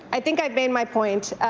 i think i made my point,